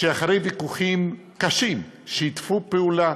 שאחרי ויכוחים קשים שיתפו פעולה